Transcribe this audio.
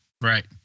Right